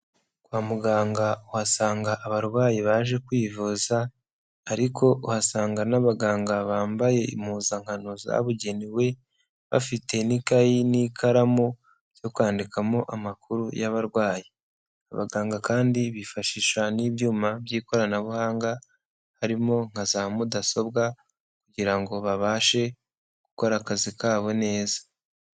Kwa muganga uhasanga abarwayi baje kwivuza, ariko uhasanga n'abaganga bambaye impuzankano zabugenewe bafite n'ikayi n'ikaramu zo kwandikamo amakuru y'abarwayi . Abaganga kandi bifashisha n'ibyuma by'ikoranabuhanga harimo nka za mudasobwa kugira ngo babashe gukora akazi kabo neza.